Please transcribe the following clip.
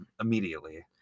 immediately